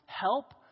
help